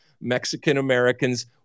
Mexican-Americans